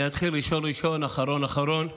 אני אתחיל ראשון ראשון, אחרון אחרון.